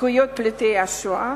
זכויות פליטי השואה